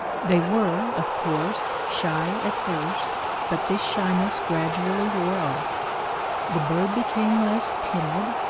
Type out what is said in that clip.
they were, of course, shy at first but this shyness gradually wore off the bird became less timid,